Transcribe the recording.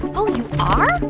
oh, you are?